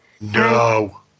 No